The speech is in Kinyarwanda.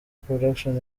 production